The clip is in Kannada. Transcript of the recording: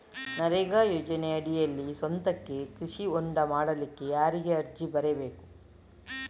ನರೇಗಾ ಯೋಜನೆಯಡಿಯಲ್ಲಿ ಸ್ವಂತಕ್ಕೆ ಕೃಷಿ ಹೊಂಡ ಮಾಡ್ಲಿಕ್ಕೆ ಯಾರಿಗೆ ಅರ್ಜಿ ಬರಿಬೇಕು?